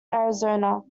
arizona